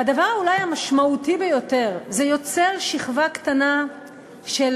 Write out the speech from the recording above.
והדבר אולי המשמעותי ביותר, זה יוצר שכבה קטנה של